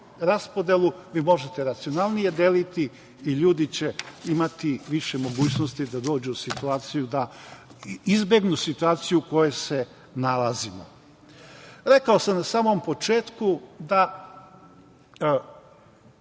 raspodelu vi možete racionalnije deliti i ljudi će imati više mogućnosti da dođu u situaciju da izbegnu situaciju u kojoj se nalazimo. Rekao sam na samom početku da